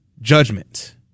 judgment